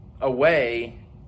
away